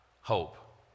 hope